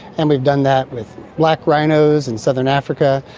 and we've done that with black rhinos in southern africa,